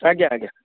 ଆଜ୍ଞା ଆଜ୍ଞା